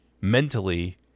mentally